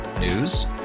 News